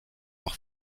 leur